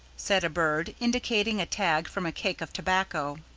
said a bird, indicating a tag from a cake of tobacco.